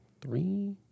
three